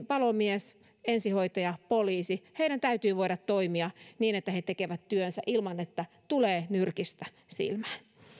palomies ensihoitaja tai poliisi täytyy voida toimia niin että he tekevät työnsä ilman että tulee nyrkistä silmään